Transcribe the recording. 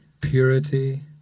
Purity